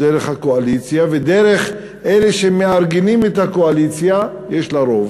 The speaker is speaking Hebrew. דרך הקואליציה ודרך אלה שמארגנים את הקואליציה יש לה רוב.